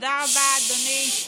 תודה רבה, אדוני.